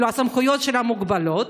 כלומר הסמכויות שלה מוגבלות,